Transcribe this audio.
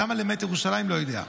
למה זה "למעט ירושלים", לא יודע.